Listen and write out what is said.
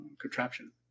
contraption